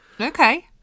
Okay